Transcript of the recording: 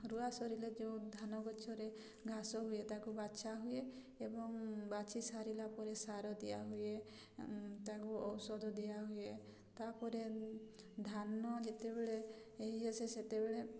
ରୁଆ ସରିଲେ ଯେଉଁ ଧାନ ଗଛରେ ଘାସ ହୁଏ ତାକୁ ବଛା ହୁଏ ଏବଂ ବାଛି ସାରିଲା ପରେ ସାର ଦିଆହୁଏ ତାକୁ ଔଷଧ ଦିଆହୁଏ ତା'ପରେ ଧାନ ଯେତେବେଳେ ହେଇଆସେ ସେତେବେଳେ